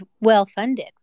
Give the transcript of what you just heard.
well-funded